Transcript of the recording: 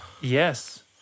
Yes